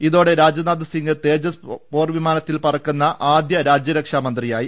ഇതോടെ രാജ്നാഥ്സിംഗ് തേജസ് പോർവിമാനത്തിൽ പറക്കുന്ന ആദ്യ രാജ്യരക്ഷാ മന്ത്രിയായി